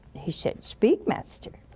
he said, speak, master.